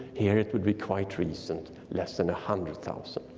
here it would be quite recent, less than a hundred thousand.